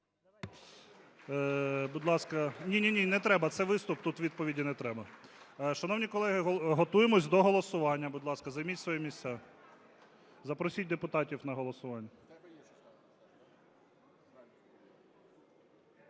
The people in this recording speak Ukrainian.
Будь ласка… Ні, ні, ні, не треба, це виступ тут відповіді не треба. Шановні колеги, готуємося до голосування. Будь ласка, займіть свої місця, запросіть депутатів на голосування.